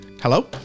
hello